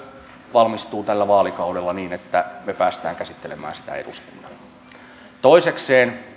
valmistuu tällä vaalikaudella niin että me pääsemme käsittelemään sitä eduskunnassa toisekseen